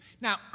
Now